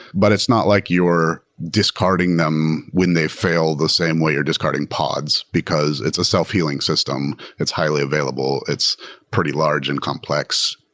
but it's not like you're discarding them when they fail the same way you're discarding pods, because it's a self-healing system. it's highly available. it's pretty large and complex.